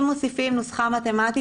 אם מוסיפים נוסחה מתמטית,